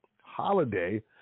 holiday